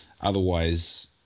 Otherwise